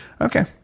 Okay